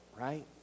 Right